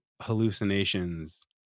hallucinations